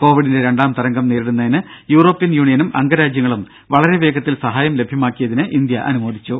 കോവിഡിന്റെ രണ്ടാം തരംഗം നേരിടുന്നതിന് യൂറോപ്യൻ യൂണിയനും അംഗ രാജ്യങ്ങളും വളരെ വേഗത്തിൽ സഹായം ലഭ്യമാക്കിയതിനെ ഇന്ത്യ അനുമോദിച്ചു